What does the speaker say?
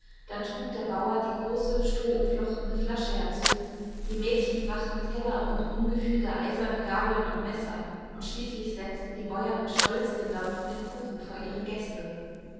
dann trug der bauer die große strohumflochtene flasche herzu die mädchen brachten teller und ungefüge eiserne gabeln und messer und schließlich setzte die bäuerin stolz den dampfenden kuchen vor ihre gäste